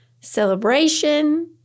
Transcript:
celebration